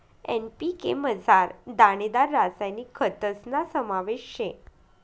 NPK मझार दानेदार रासायनिक खतस्ना समावेश शे